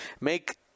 make